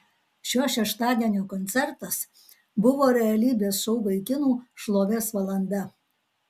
šio šeštadienio koncertas buvo realybės šou vaikinų šlovės valanda